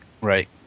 Right